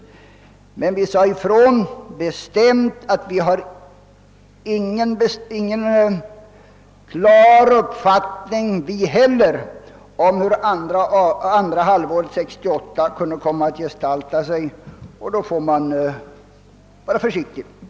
Vi sade emellertid bestämt ifrån att inte heller vi hade någon klar uppfattning om hur andra halvåret 1968 kunde komma att gestalta sig, och att man därför fick vara försiktig i det fallet.